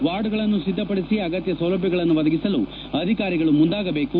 ವಾರ್ಡ್ಗಳನ್ನು ಸಿದ್ದಪಡಿಸಿ ಅಗತ್ಯ ಸೌಲಭ್ಧಗಳನ್ನು ಒದಗಿಸಲು ಅಧಿಕಾರಿಗಳು ಮುಂದಾಗಬೇಕು